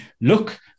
look